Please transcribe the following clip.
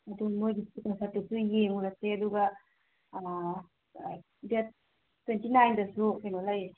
ꯑꯗꯨ ꯃꯈꯣꯏꯒꯤ ꯀꯟꯁꯠꯇꯨꯁꯨ ꯌꯦꯡꯉꯨꯔꯁꯦ ꯑꯗꯨꯒ ꯗꯦꯗ ꯇ꯭ꯋꯦꯟꯇꯤ ꯅꯥꯏꯟꯗꯁꯨ ꯀꯩꯅꯣ ꯂꯩ